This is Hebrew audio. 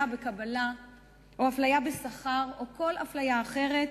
בקבלה לעבודה או אפליה בשכר או כל אפליה אחרת,